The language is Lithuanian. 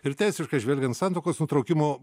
ir teisiškai žvelgiant santuokos nutraukimo